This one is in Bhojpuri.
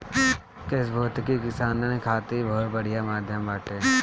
कृषि भौतिकी किसानन खातिर बहुत बढ़िया माध्यम बाटे